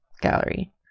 Gallery